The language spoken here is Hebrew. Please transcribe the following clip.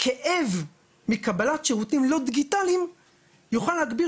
כאב מקבלת שירותים לא דיגיטליים יוכל להגביר